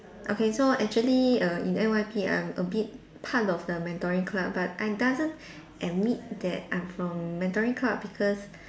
okay so actually Err in N_Y_P I'm a bit part of the mentoring club but I doesn't admit that I'm from mentoring club because